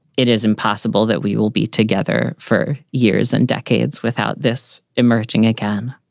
it is impossible that we will be together for years and decades without this emerging again.